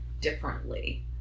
differently